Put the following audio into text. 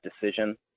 decision